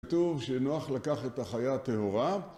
כתוב שנוח לקחת את החיה הטהורה...